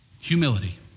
humility